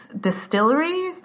Distillery